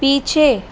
पीछे